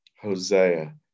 Hosea